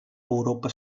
europa